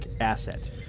asset